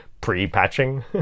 Pre-patching